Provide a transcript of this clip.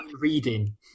Reading